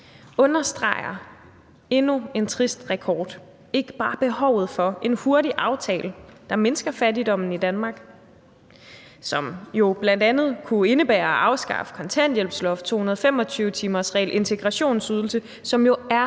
Understreger endnu en trist rekord ikke bare behovet for en hurtig aftale, der mindsker fattigdommen i Danmark, og som jo bl.a. kunne indebære at afskaffe kontanthjælpsloftet, 225-timersreglen og integrationsydelsen,